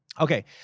Okay